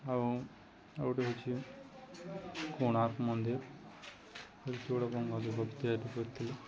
ଆଉ ଆଉଗୋଟେ ହେଉଛି କୋଣାର୍କ ମନ୍ଦିର